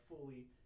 fully